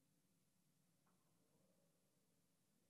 יצטרך